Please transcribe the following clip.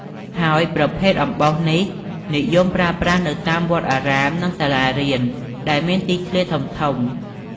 ហើយប្រភេទអំបោសនេះ និយមប្រើប្រាស់នៅតាមវត្តអារាម និងសាលារៀន ដែលមានទីធ្លាធំៗ ។